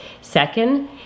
second